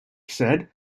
said